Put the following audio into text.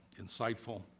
insightful